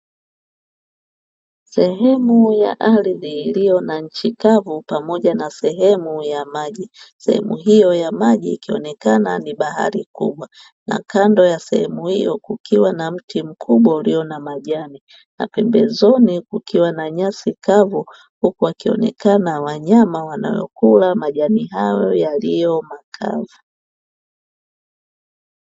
Sehemu ya ardhi iliyo na nchi kavu pamoja na sehemu ya maji. Sehemu hiyo ya maji ikionekana ni bahari kubwa na kando ya sehemu hiyo kukiwa na mti mkubwa ulio na majani, na pembezoni kukiwa na nyasi kavu huku wakionekana wanyama wanaokula majani hayo yaliyo makavu.